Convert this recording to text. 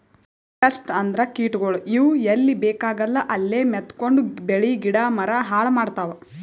pest ಅಂದ್ರ ಕೀಟಗೋಳ್, ಇವ್ ಎಲ್ಲಿ ಬೇಕಾಗಲ್ಲ ಅಲ್ಲೇ ಮೆತ್ಕೊಂಡು ಬೆಳಿ ಗಿಡ ಮರ ಹಾಳ್ ಮಾಡ್ತಾವ್